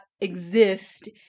exist